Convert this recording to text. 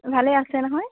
ভালে আছে নহয়